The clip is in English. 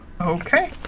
okay